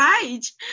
page